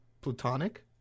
Plutonic